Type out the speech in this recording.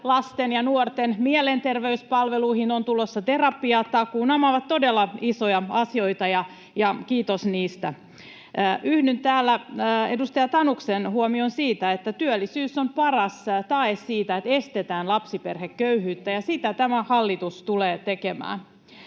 lasten ja nuorten mielenterveyspalveluihin on tulossa tera-piatakuu. Nämä ovat todella isoja asioita, ja kiitos niistä. Yhdyn täällä edustaja Tanuksen huomioon siitä, että työllisyys on paras tae siitä, että estetään lapsiperheköyhyyttä, ja sitä tämä hallitus tulee tekemään.